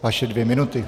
Vaše dvě minuty.